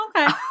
okay